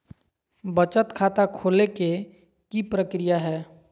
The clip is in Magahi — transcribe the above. बचत खाता खोले के कि प्रक्रिया है?